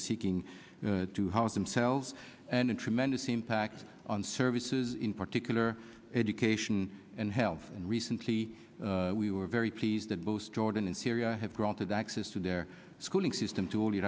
are seeking to house themselves and a tremendous impact on services in particular education and health and recently we were very pleased that most jordan and syria have granted access to their schooling system to